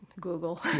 Google